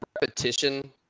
repetition